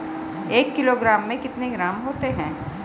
एक किलोग्राम में कितने ग्राम होते हैं?